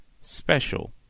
special